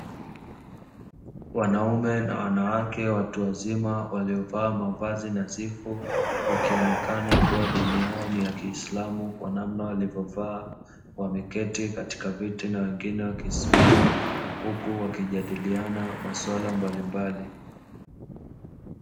Wanaume na wanawake watu wazima waliovaa mavazi nadhifu, wakionekana kuwa dini yao ni ya Kiislamu kwa namna walivyovaa, wameketi katika viti na wengine wakisimama, huku wakijadiliana masuala mbalimbali.